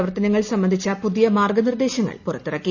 പ്രവർത്തനങ്ങൾ സംബന്ധിച്ച പുതിയ മാർഗ്ഗനിർദ്ദേശങ്ങൾ പുറത്തിറക്കി